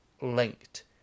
linked